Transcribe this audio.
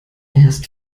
erst